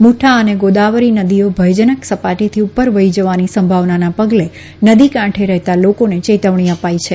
મુઠા અને ગોદાવરી નદીઓ ભયજનક સપાટીથી ઉપર વહી જવાની સંભાવનાના પગલે નદી કાંઠે રહેતા લોકોને ચેતવણી અપાઈ છે